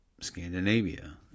Scandinavia